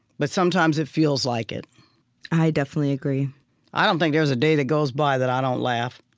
but sometimes it feels like it i definitely agree i don't think there's a day that goes by that i don't laugh